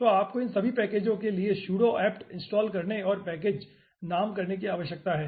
तो आपको इन सभी पैकेजों के लिए sudo apt इनस्टॉल करने और पैकेज नाम करने की आवश्यकता है